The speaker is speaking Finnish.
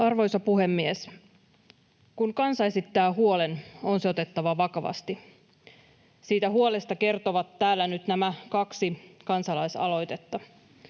Arvoisa puhemies! Kun kansa esittää huolen, on se otettava vakavasti. Siitä huolesta kertovat täällä nyt nämä kaksi kansalaisaloitetta.